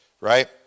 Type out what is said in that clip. right